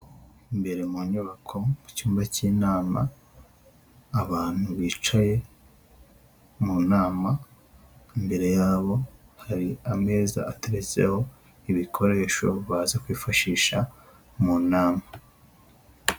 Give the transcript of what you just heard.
Imbere mu nyubako mu cyumba cy'inama abantu bicaye mu nama, mbere yabo hari ameza ateretseho ibikoresho baza kwifashisha mu nama.